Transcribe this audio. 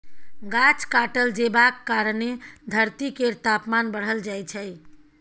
गाछ काटल जेबाक कारणेँ धरती केर तापमान बढ़ल जाइ छै